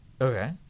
Okay